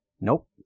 Nope